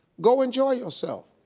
go enjoy yourself.